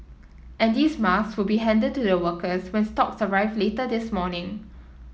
and these masks will be handed to the workers when stocks arrive later this morning